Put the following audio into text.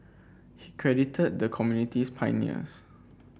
he credited the community's pioneers